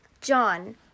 john